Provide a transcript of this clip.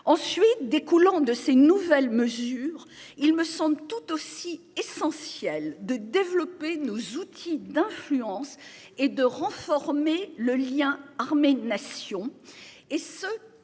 Ensuite découlant de ces nouvelles mesures. Il me semble tout aussi essentiel de développer nos outils d'influence et de rang mais le lien armée nation et ce